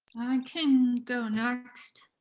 can go next.